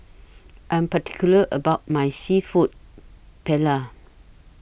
I'm particular about My Seafood Paella